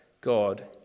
God